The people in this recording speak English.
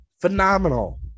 Phenomenal